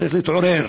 צריך להתעורר.